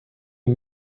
die